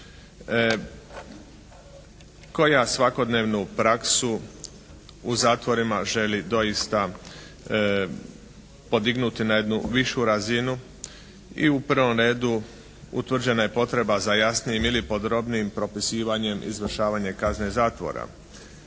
koja svakodnevnu praksu u zatvorima želi doista podignuti na jednu višu razinu i upravo na jednu, utvrđena je potreba za jasnijim ili podrobnijim propisivanjem izvršavanja kazne zatvora.